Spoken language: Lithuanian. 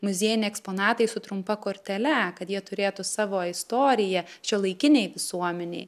muziejiniai eksponatai su trumpa kortele kad jie turėtų savo istoriją šiuolaikinėj visuomenėj